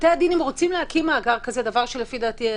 אם בתי-הדין רוצים להקים מאגר כזה זה דבר שאין